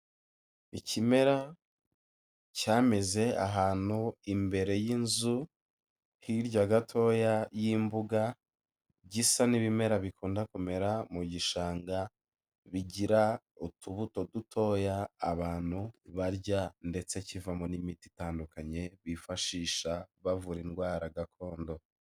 Ikimera cyameze ahantu imbere y'inzu, hirya gatoya y'imbuga, gisa n'ibimera bikunda kumera mu gishanga, bigira utubuto dutoya abantu barya, ndetse kivamo n'imiti itandukanye bifashisha bavura indwara gakondo.